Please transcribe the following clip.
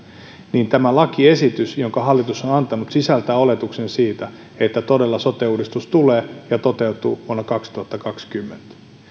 niin tämä lakiesitys jonka hallitus on antanut sisältää oletuksen siitä että todella sote uudistus tulee ja toteutuu vuonna kaksituhattakaksikymmentä